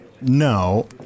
No